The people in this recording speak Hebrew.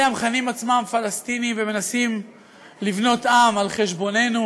אלה המכנים עצמם פלסטינים ומנסים לבנות עם על חשבוננו